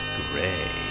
gray